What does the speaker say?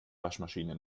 waschmaschine